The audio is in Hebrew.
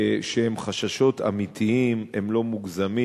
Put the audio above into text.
שהם חששות אמיתיים, הם לא מוגזמים.